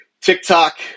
TikTok